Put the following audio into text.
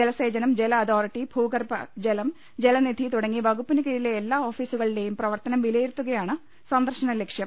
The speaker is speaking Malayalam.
ജലസേചനം ജല അതോറി റ്റി ഭൂഗർഭജലം ജലനിധി തുടങ്ങി വകുപ്പിന് കീഴിലെ എല്ലാ ഓഫീസുക ളുടെയും പ്രവർത്തനം വിലയിരുത്തുകയാണ് സന്ദർശന ലക്ഷ്യം